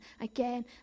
again